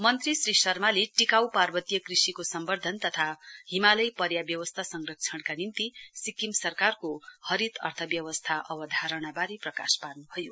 मन्त्री श्री शर्माले टिकाउ पार्वतीय कृषिको तत्वधान तथा हिमालय पर्याव्यवस्था संरक्षणका निम्ति सिक्किम सरकारको हरित अर्थव्यवस्था अवधारणाबारे प्रकाश पार्नुभयो